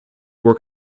were